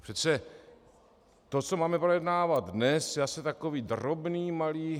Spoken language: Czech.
Přece to, co máme projednávat dnes, je asi takový drobný malý...